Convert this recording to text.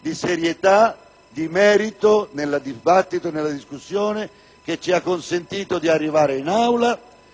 di serietà nel merito della discussione; atteggiamento che ci ha consentito di arrivare in Aula